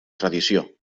tradició